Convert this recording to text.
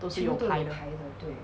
都是有牌的